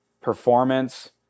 performance